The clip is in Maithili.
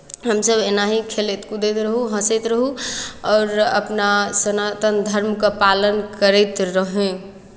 हमसभ एनाही खेलैत कूदैत रहू हँसैत रहू आओर अपना सनातन धर्मके पालन करैत रहू